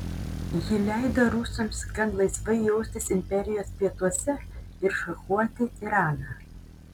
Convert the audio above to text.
ji leido rusams gan laisvai jaustis imperijos pietuose ir šachuoti iraną